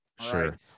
sure